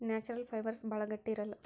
natural fibres ಭಾಳ ಗಟ್ಟಿ ಇರಲ್ಲ